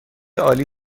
عالی